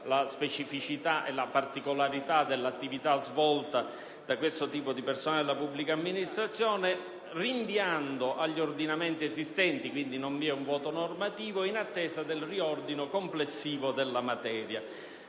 alla specificità e alla particolarità dell'attività svolta da questo tipo di personale della pubblica amministrazione, rinviando agli ordinamenti esistenti (quindi non vi è un vuoto normativo) e in attesa del riordino complessivo della materia.